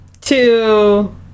two